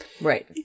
right